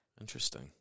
Interesting